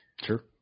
Sure